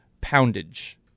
poundage